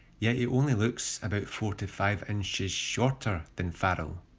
yet he only looks about four to five inches shorter than pharrell.